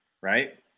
right